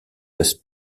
was